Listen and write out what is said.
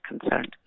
concerned